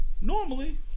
Normally